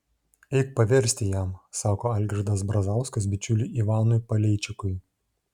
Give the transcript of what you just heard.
eik paversti jam sako algirdas brazauskas bičiuliui ivanui paleičikui